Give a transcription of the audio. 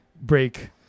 break